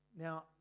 Now